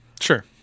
Sure